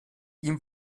ihm